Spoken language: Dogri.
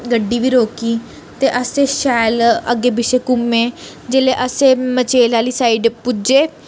गड्डी बी रोकी ते असें शैल अग्गें पिच्छे घूमे जेल्लै असें मचेल आह्ली साइड पुज्जे